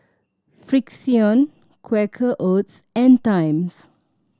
Frixion Quaker Oats and Times